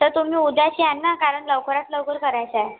तर तुम्ही उद्याच याल ना कारण लवकरात लवकर करायचं आहे